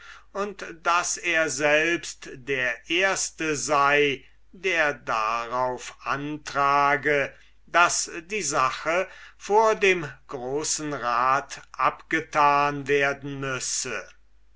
und daß er selbst der erste sei der darauf antrage daß die sache vor dem großen rat abgetan werden müsse